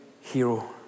hero